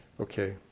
Okay